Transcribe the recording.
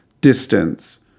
distance